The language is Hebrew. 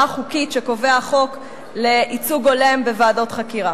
החוקית שקובע החוק לייצוג הולם בוועדות חקירה.